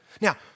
Now